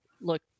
look